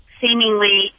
seemingly